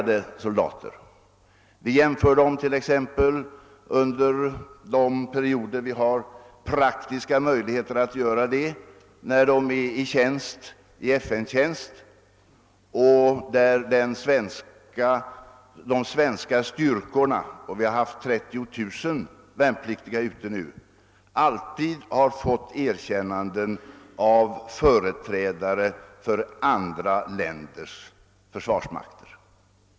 De svenska styrkor som har deltagit i FN-tjänst — vi har haft 30 000 värnpliktiga i sådan tjänst; det är ju det enda praktiska tillfälle vi har att göra jämförelser — har alltid fått goda vitsord av företrädare för andra länders försvarsmakter.